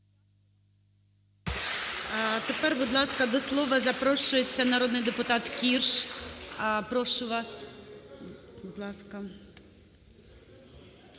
Тепер, будь ласка, до слова запрошується народний депутат Кірш. Прошу вас, будь ласка.